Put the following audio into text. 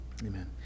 Amen